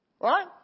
Right